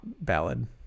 ballad